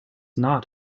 not